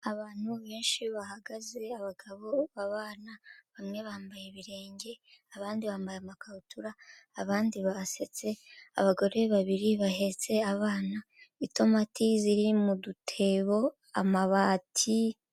Abantu benshi bahagaze, abagabo, abana bamwe bambaye ibirenge, abandi bambaye amakabutura, abandi basetse, abagore babiri bahetse abana, itomati ziri mu dutebo, amabati...